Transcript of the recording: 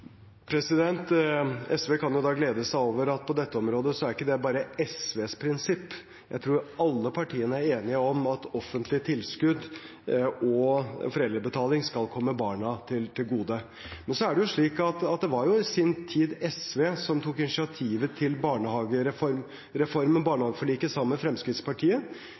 prinsippet? SV kan glede seg over at på dette området er ikke dette bare SVs prinsipp. Jeg tror alle partiene er enige om at offentlige tilskudd og foreldrebetaling skal komme barna til gode. Men så er det slik at i sin tid var det SV sammen med Fremskrittspartiet som tok initiativet til barnehagereformen og barnehageforliket.